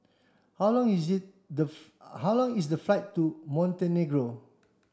how long is the how long is the flight to Montenegro